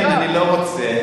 אני לא רוצה.